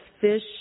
fish